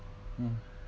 mm